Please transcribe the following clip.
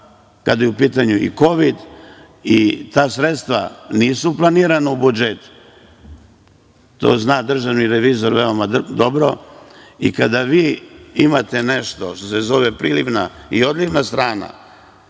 kada je u pitanju i kovid i ta sredstva nisu planirana u budžetu. To zna državni revizor veoma dobro. Kada vi imate nešto što se zove prilivna i odlivna strana,